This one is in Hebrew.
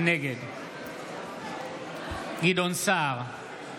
נגד גדעון סער,